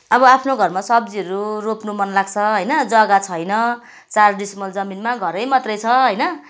अब आफ्नो घरमा सब्जीहरू रोप्नु मनलाग्छ होइन जग्गा छैन चार डेसिमल जमिनमा घरै मात्रै छ होइन